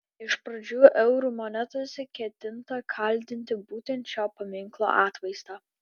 iš pradžių eurų monetose ketinta kaldinti būtent šio paminklo atvaizdą